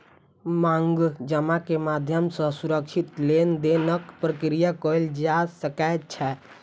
मांग जमा के माध्यम सॅ सुरक्षित लेन देनक प्रक्रिया कयल जा सकै छै